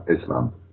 Islam